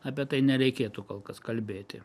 apie tai nereikėtų kol kas kalbėti